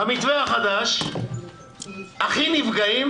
במתווה החדש הכי נפגעים